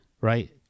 Right